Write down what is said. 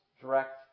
direct